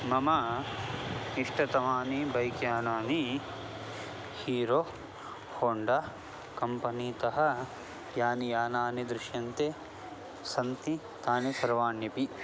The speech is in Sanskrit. मम इष्टतमानि बैक् यानानि हीरो होण्डा कम्पनीतः यानि यानानि दृश्यन्ते सन्ति तानि सर्वाण्यपि